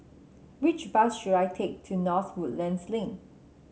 which bus should I take to North Woodlands Link